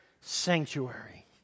sanctuary